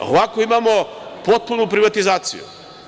Ovako imamo potpunu privatizaciju.